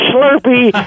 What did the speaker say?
Slurpee